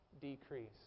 decrease